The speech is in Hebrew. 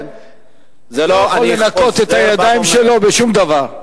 לא יכול לנקות את הידיים שלו בשום דבר.